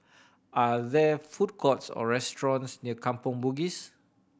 are there food courts or restaurants near Kampong Bugis